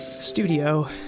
Studio